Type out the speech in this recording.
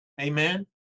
Amen